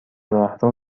راهرو